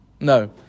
No